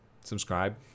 subscribe